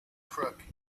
crook